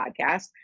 podcast